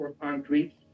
concrete